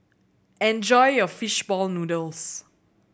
enjoy your fish ball noodles